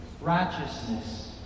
righteousness